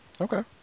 Okay